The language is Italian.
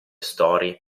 storie